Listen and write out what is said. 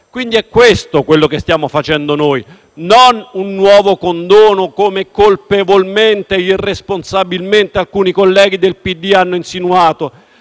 È questo quello che stiamo facendo noi: non un nuovo condono, come colpevolmente e irresponsabilmente alcuni colleghi del Partito